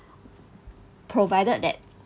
provided that